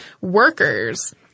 workers